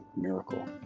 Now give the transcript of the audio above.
miracle